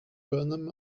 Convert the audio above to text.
burnham